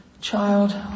Child